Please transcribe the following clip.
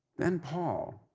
then paul,